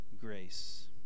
grace